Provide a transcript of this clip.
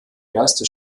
erste